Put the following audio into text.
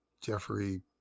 Jeffrey